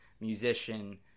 musician